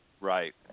Right